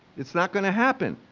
it's not going to happen!